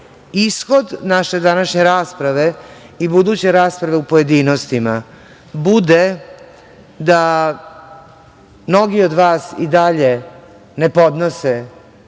ishod naše današnje rasprave i buduće rasprave u pojedinostima bude da mnogi od vas i dalje ne podnose